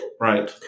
Right